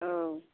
औ